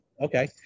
okay